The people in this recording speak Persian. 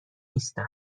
نیستم